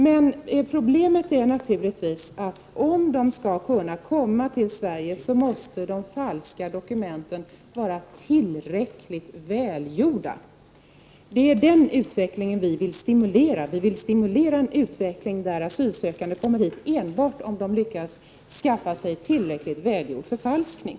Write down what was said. Men problemet är naturligtvis att om de skall kunna komma till Sverige måste de falska dokumenten vara tillräckligt välgjorda. Man vill stimulera en utveckling mot att asylsökande kommer hit enbart om de lyckats skaffa sig en tillräckligt välgjord förfalskning.